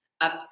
up